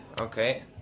Okay